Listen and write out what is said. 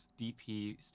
DP